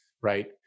right